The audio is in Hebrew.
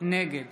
נגד